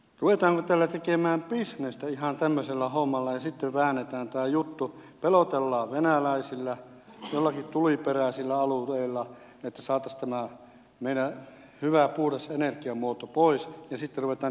ruvetaanko täällä tekemään bisnestä ihan tämmöisellä hommalla ja sitten väännetään tämä juttu pelotellaan venäläisillä joillakin tuliperäisillä alueilla että saataisiin tämä meidän hyvä puhdas energiamuoto pois ja sitten ruvetaan tekemään bisnestä sillä